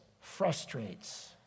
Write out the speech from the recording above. frustrates